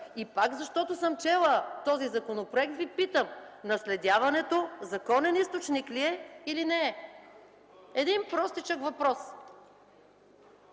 и пак, защото съм чела този законопроект, Ви питам: наследяването законен източник ли е или не е? Един простичък въпрос.